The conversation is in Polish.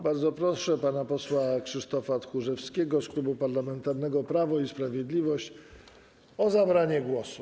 Bardzo proszę pana posła Krzysztofa Tchórzewskiego z Klubu Parlamentarnego Prawo i Sprawiedliwość o zabranie głosu.